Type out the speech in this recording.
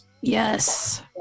Yes